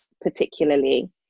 particularly